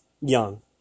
Young